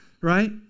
right